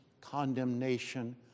condemnation